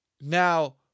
Now